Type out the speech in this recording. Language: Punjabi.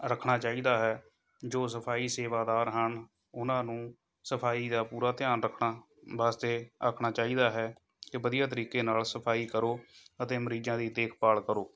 ਰੱਖਣਾ ਚਾਹੀਦਾ ਹੈ ਜੋ ਸਫਾਈ ਸੇਵਾਦਾਰ ਹਨ ਉਹਨਾਂ ਨੂੰ ਸਫਾਈ ਦਾ ਪੂਰਾ ਧਿਆਨ ਰੱਖਣਾ ਵਾਸਤੇ ਆਖਣਾ ਚਾਹੀਦਾ ਹੈ ਕਿ ਵਧੀਆ ਤਰੀਕੇ ਨਾਲ਼ ਸਫਾਈ ਕਰੋ ਅਤੇ ਮਰੀਜ਼ਾਂ ਦੀ ਦੇਖਭਾਲ ਕਰੋ